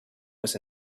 was